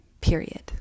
period